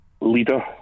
Leader